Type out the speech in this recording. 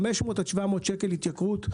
500-700 ₪ התייקרות.